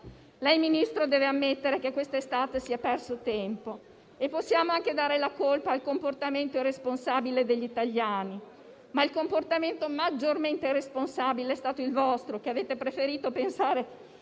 Ministro, deve ammettere che quest'estate si è perso tempo e possiamo anche dare la colpa al comportamento irresponsabile degli italiani. Ma il comportamento maggiormente irresponsabile è stato il vostro, che avete preferito pensare